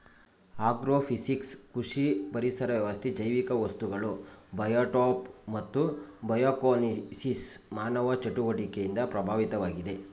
agrophysics ಕೃಷಿ ಪರಿಸರ ವ್ಯವಸ್ಥೆ ಜೈವಿಕ ವಸ್ತುಗಳು ಬಯೋಟೋಪ್ ಮತ್ತು ಬಯೋಕೋನೋಸಿಸ್ ಮಾನವ ಚಟುವಟಿಕೆಯಿಂದ ಪ್ರಭಾವಿತವಾಗಿವೆ